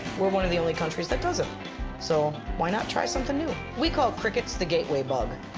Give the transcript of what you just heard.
we're one of the only countries that doesn't so why not try something new? we call crickets the gateway bug.